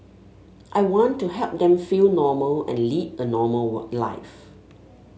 I want to help them feel normal and lead a normal war life